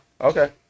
Okay